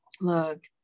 Look